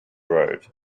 road